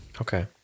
Okay